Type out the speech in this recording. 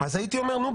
אז הייתי אומר: נו,